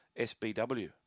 SBW